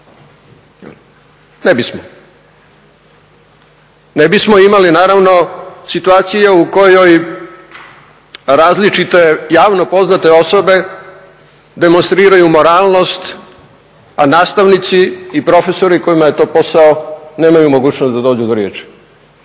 Ne bismo. Ne bismo imali naravno situacije u kojoj različite javno poznate osobe demonstriraju moralnost, a nastavnici i profesori kojima je to posao nemaju mogućnost da dođu do riječi.